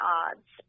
odds